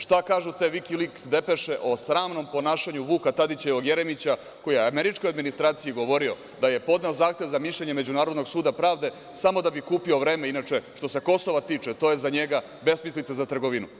Šta kažu te Vikiliks depeše o sramnom ponašanju Vuka Tadićevog Jeremića koji je američkoj administraciji govori da je podneo zahtev za mišljenje Međunarodnog suda pravde samo da bi kupio vreme, a inače što se Kosova tiče to je za njega besmislica za trgovinu.